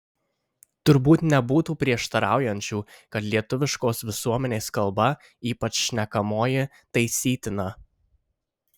turbūt nebūtų prieštaraujančių kad lietuviškos visuomenės kalba ypač šnekamoji taisytina